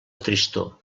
tristor